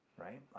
Right